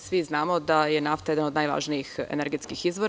Svi znamo da je nafta jedan od najvažnijih energetskih izvora.